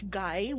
guy